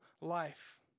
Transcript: life